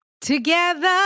together